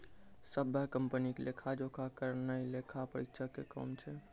सभ्भे कंपनी के लेखा जोखा करनाय लेखा परीक्षक के काम छै